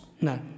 No